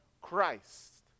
Christ